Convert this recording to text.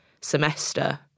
semester